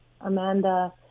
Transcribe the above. Amanda